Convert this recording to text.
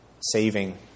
saving